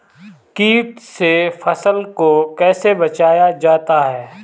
कीट से फसल को कैसे बचाया जाता हैं?